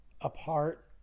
apart